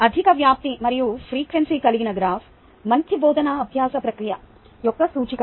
అధిక వ్యాప్తి మరియు ఫ్రీక్వెన్సీ కలిగిన గ్రాఫ్ మంచి బోధనా అభ్యాస ప్రక్రియ యొక్క సూచిక